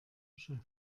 geschäft